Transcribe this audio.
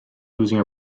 losing